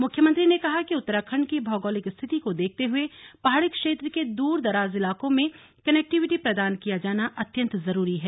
मुख्यमंत्री ने कहा कि उत्तराखण्ड की भौगोलिक स्थिति को देखते हुए पहाड़ी क्षेत्र के दूर दराज इलाकों में कनेक्टिविटी प्रदान किया जाना अत्यन्त जरूरी है